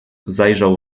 zajrzał